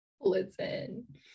Listen